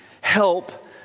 help